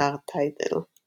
באתר טיידל ==